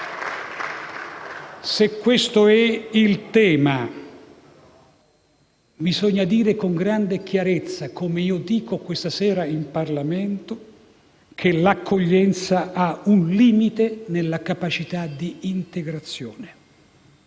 Se questo è il tema, bisogna dire con grande chiarezza - come io dico questa sera in Parlamento - che l'accoglienza ha un limite nella capacità di integrazione.